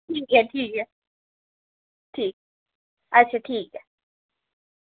ठीक ऐ ठीक ऐ ठीक अच्छा ठीक ऐ